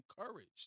encouraged